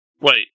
Wait